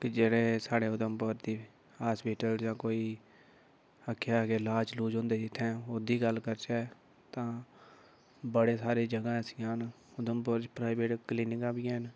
कि जेह्ड़े साढ़े उधमपुर दी हास्पिटल जां कोई आक्खै के लाज लूज होंदे जित्थैं ओह्दी गल्ल करचै तां बड़े सारे जगह् ऐसियां न उधमपुर प्राइवेट क्लिनिकां बी हैन